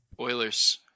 Oilers